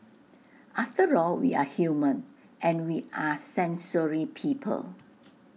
after all we are human and we are sensory people